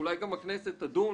אולי גם הכנסת תדון